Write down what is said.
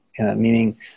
meaning